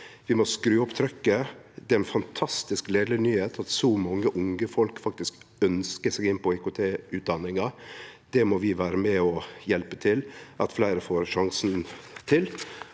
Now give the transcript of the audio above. Vi må skru opp trykket. Det er ei fantastisk gledeleg nyheit at så mange unge folk faktisk ønskjer seg inn på IKT-utdanninga. Det må vi vere med og hjelpe til at fleire får sjansen til.